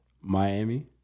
Miami